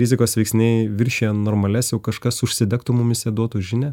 rizikos veiksniai viršija normalias jau kažkas užsidegtų mumyse duotų žinią